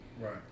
right